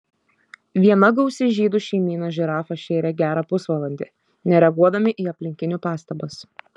viena gausi žydų šeimyna žirafą šėrė gerą pusvalandį nereaguodami į aplinkinių pastabas